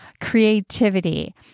creativity